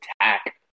attack